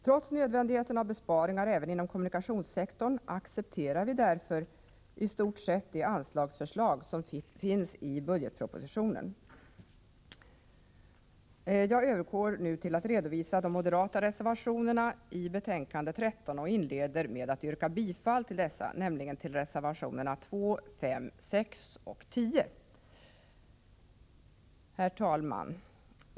Trots nödvändigheten av besparingar även inom kommunikationssektorn accepterar vi i stort sett de anslagsförslag som finns i budgetpropositionen. Jag övergår nu till att redovisa de moderata reservationerna i betänkande 13 och inleder med att yrka bifall till dessa, nämligen reservationerna 2, 5, 6 och 10. Herr talman!